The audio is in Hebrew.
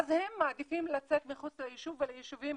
ואז הם מעדיפים לצאת מחוץ ליישוב וליישובים